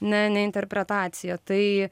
ne ne interpretacija tai